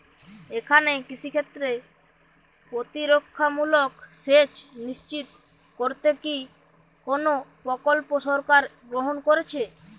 এখানে কৃষিক্ষেত্রে প্রতিরক্ষামূলক সেচ নিশ্চিত করতে কি কোনো প্রকল্প সরকার গ্রহন করেছে?